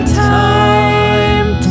time